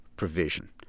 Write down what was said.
Provision